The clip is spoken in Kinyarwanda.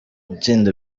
itsinda